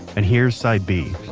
and here's side b.